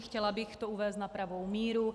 Chtěla bych to uvést na pravou míru.